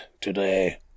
today